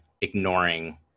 ignoring